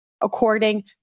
according